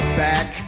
back